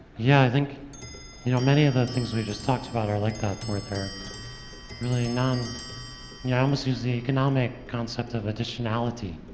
yeah, i think you know many of the things we just talked about are like that, where they're really um yeah i almost use the economic concept of additionality,